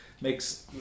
makes